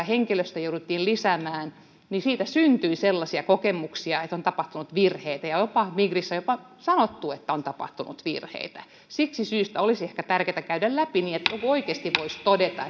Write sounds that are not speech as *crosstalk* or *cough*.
*unintelligible* henkilöstöä jouduttiin lisäämään niin siitä syntyi sellaisia kokemuksia että on tapahtunut virheitä ja jopa migrissä on sanottu että on tapahtunut virheitä siitä syystä olisi ehkä tärkeää käydä läpi ne niin että oikeasti voisi todeta *unintelligible*